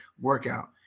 workout